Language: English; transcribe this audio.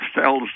cells